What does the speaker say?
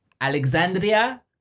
Alexandria